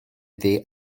iddi